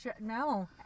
No